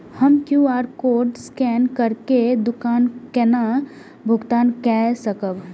हम QR code scan करके दुकान केना भुगतान काय सकब?